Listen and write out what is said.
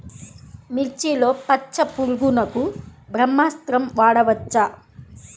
మిర్చిలో పచ్చ పురుగునకు బ్రహ్మాస్త్రం వాడవచ్చా?